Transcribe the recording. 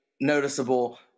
noticeable